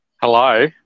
Hello